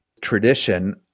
tradition